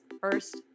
first